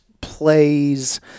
plays